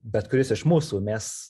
bet kuris iš mūsų mes